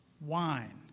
wine